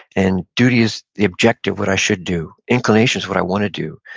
and duty is the objective, what i should do. inclination is what i want to do.